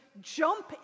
jump